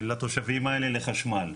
לתושבים האלה לחשמל,